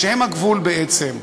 ושהם הגבול בעצם.